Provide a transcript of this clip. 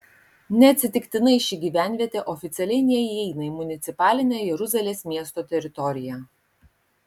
neatsitiktinai ši gyvenvietė oficialiai neįeina į municipalinę jeruzalės miesto teritoriją